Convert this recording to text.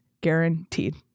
guaranteed